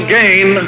gain